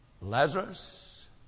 Lazarus